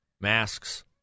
masks